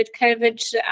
COVID